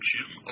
Jim